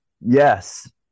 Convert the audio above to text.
yes